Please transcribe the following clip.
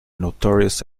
notorious